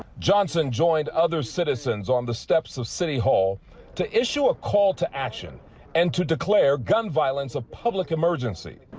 johnson joined other citizens on the steps of city hall to issue a call to action and to declare gun violence of public emergency.